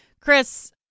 Chris